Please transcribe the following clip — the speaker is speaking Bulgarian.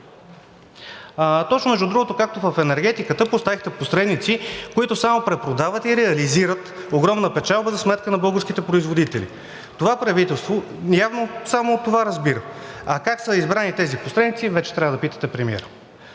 Точно, между другото, както в енергетиката поставихте посредници, които само препродават и реализират огромна печалба за сметка на българските производители. Това правителство явно само от това разбира. А как са избрани тези посредници, вече трябва вече да питате премиера.